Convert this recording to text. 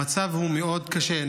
המצב הוא מאוד קשה.